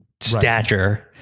stature